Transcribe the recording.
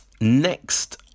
next